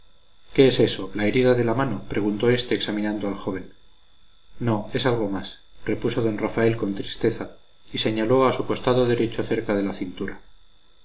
qué es eso la herida de la mano preguntó éste examinando al joven no es algo más repuso d rafael con tristeza y señaló a su costado derecho cerca de la cintura